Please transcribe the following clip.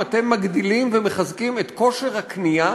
אתם מגדילים ומחזקים את כושר הקנייה